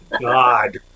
God